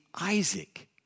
Isaac